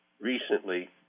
recently